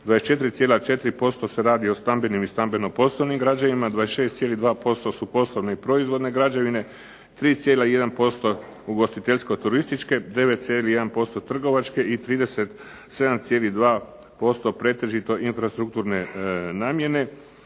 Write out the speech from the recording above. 24,4% se radi o stambenim i stambeno-poslovnim građevinama, 26,2% su osobne i proizvodne građevine, 3,1% ugostiteljsko-turističke, 9,1% trgovačke i 37,2% pretežito infrastrukturne namjene.